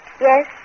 Yes